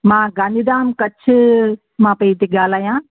मां गांधीधाम कच्छ मां पई थी ॻाल्हायां